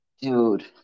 Dude